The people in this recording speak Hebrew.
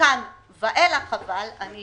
מכאן ואילך, אני